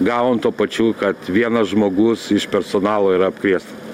gavom tuo pačiu kad vienas žmogus iš personalo ir apkrėstas